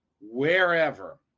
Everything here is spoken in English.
wherever